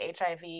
HIV